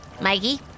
Mikey